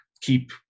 keep